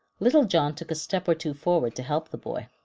little john took a step or two forward to help the boy,